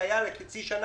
זה לחצי שנה.